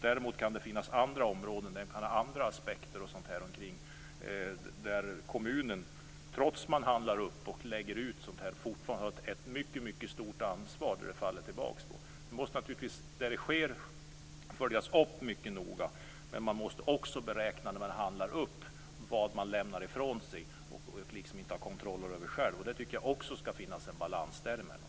Däremot kan det finnas andra aspekter på andra områden där kommunen, trots att man gör upphandlingar fortfarande har ett mycket stort ansvar. Det måste naturligtvis följas upp mycket noga, men när man handlar upp måste man också beräkna vad man lämnar ifrån sig och inte själv har kontrollen över. Det är viktigt att det finns en balans däremellan.